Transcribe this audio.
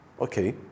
okay